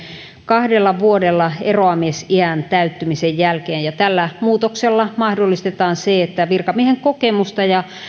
kahdella vuodella eroamisiän täyttymisen jälkeen tällä muutoksella mahdollistetaan se että virkamiehen kokemusta ja